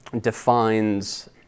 defines